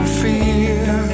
fear